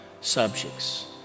subjects